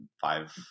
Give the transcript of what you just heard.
five